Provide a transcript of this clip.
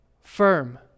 firm